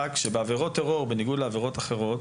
רק שבעבירות טרור בניגוד לעבירות אחרות